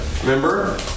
remember